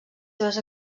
seves